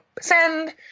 send